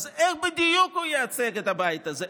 אז איך בדיוק הוא ייצג את הבית הזה?